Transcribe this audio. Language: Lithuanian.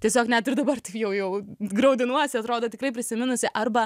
tiesiog net ir dabar tai jau jau graudinuosi atrodo tikrai prisiminusi arba